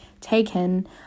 taken